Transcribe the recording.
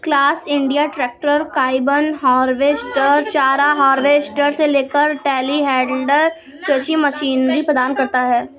class India tractor, combine harvester, चारा harvester से लेकर टेलीहैंडलर कृषि मशीनरी प्रदान करता है